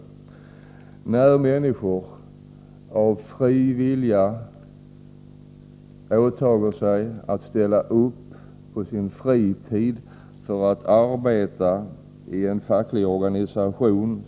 Det finns människor som av fri vilja åtar sig att ställa upp på sin fritid för att arbeta i en facklig organisation.